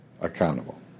accountable